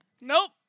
Nope